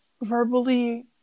verbally